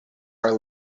are